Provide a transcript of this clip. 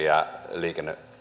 ja liikenneministeriä liikenne ja